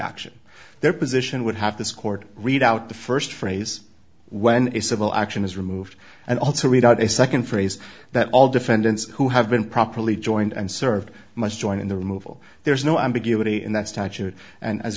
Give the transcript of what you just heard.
action their position would have this court read out the first phrase when a civil action is removed and also read out a second phrase that all defendants who have been properly joined and served must join in the removal there's no ambiguity in that statute and as